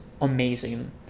amazing